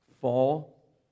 fall